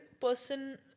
person